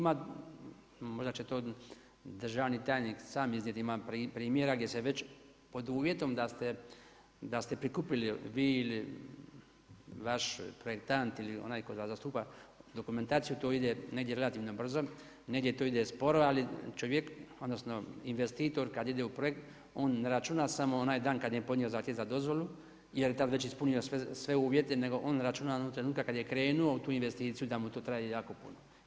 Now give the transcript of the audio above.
Ima, možda će to državni tajnik sam iznijet, ima primjera gdje se već pod uvjetom da ste prikupili vi ili vaš projektant ili onaj koga zastupa dokumentaciju, to ide negdje relativno brzo, negdje to ide sporo, ali čovjek odnosno investitor kada ide u projekt on ne računa samo onaj dan kada je podnio zahtjev za dozvolu jer je tada već ispunio sve uvjete nego on računa onog trenutka kada je krenuo u tu investiciju da mu to traje jako puno.